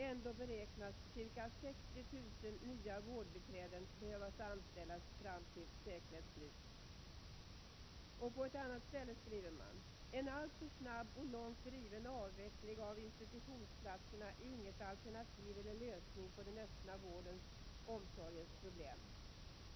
Ändå beräknas ca 60 000 nya vårdbiträden behöva anställas fram till seklets slut.” På ett annat ställe skriver man: ”En alltför snabb och långt driven avveckling av institutionsplatserna är inget alternativ till eller lösning på den öppna vårdens/omsorgens problem.